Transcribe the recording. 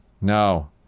no